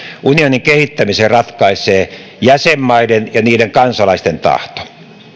unionin kehittämisen ratkaisee jäsenmaiden ja niiden kansalaisten tahto